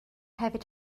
hefyd